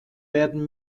werden